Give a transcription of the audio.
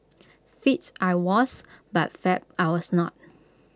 fit I was but fab I was not